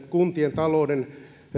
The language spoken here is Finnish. kuntien talouden